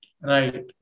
Right